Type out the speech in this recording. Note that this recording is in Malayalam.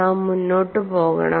നാം മുന്നോട്ട് പോകണം